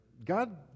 God